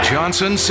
Johnson